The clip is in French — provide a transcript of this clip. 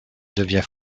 devient